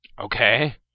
Okay